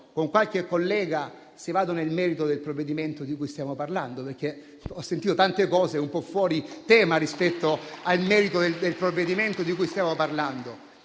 con qualche collega se entro nel merito del provvedimento di cui stiamo parlando, perché ho sentito tante cose un po' fuori tema rispetto al merito del provvedimento.